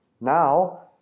Now